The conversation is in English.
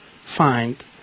find